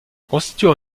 constituant